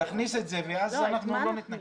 תכניסו את זה, ואז אנחנו לא מתנגדים.